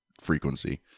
frequency